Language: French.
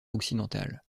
occidental